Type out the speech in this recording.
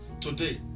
today